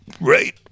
right